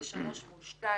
זה שלוש מול שניים.